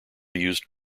used